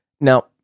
Now